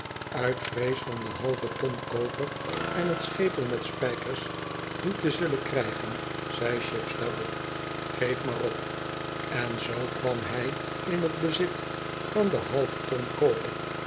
uit vrees van de halve ton koper en t schepel met spijkers niet te zullen krijgen zei chips daarop geef maar op en zoo kwam hij in bezit van de halve